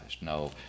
no